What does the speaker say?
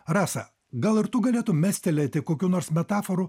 rasa gal ir tu galėtum mestelėti kokių nors metaforų